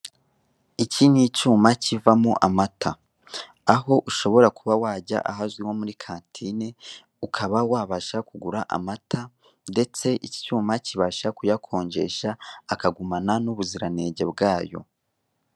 Iki ni icyuma cyivamo amata aho ushobora kuba wajya ahazwi nko muri kantine ukaba wabasha kugura amata ndetse iki cyuma cyibasha kuyakonjesha akagumana n'ubuziranenge bwayo.